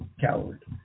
coward